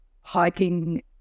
hiking